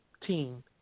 team